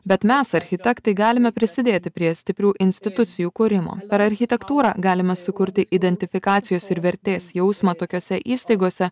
bet mes architektai galime prisidėti prie stiprių institucijų kūrimo ar architektūrą galime sukurti identifikacijos ir vertės jausmą tokiose įstaigose